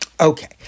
Okay